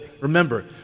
remember